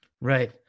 Right